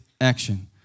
action